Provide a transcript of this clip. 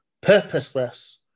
Purposeless